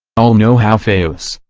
all know how fayose,